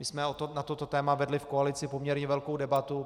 My jsme na toto téma vedli v koalici poměrně velkou debatu.